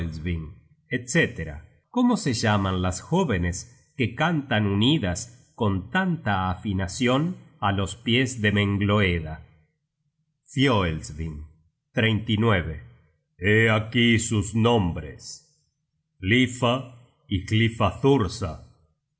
cómo se llaman las jóvenes que cantan unidas con tanta afinacion á los pies de mengloeda fioelsving hé aquí sus nombres hlifa y